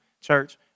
church